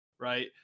right